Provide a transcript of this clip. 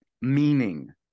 Meaning